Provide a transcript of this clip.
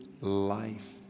life